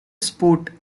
sport